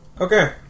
Okay